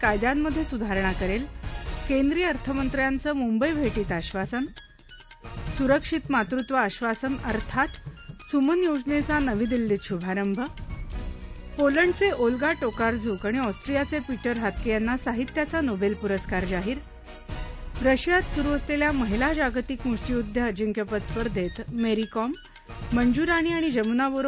कायद्यांमधे सुधारणा करेल केंद्रीय अर्थमंत्र्यांचं मुंबई भेटीत आश्वासन सुरक्षित मातृत्व आश्वासन अर्थात सुमन योजनेचा नवी दिल्लीत शुभारंभ पोलंडचे ओलगा टोकारझुक आणि ऑस्ट्रीयाचे पीटर हॅदके यांना साहित्याचा नोबेल पुरस्कार जाहीर रशियात सुरु असलेल्या महिला जागतिक मुष्टीयुद्ध अंजिक्यपद स्पर्धेत मरीकॉम मंजू राणी आणि जमूना बोरो